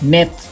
Net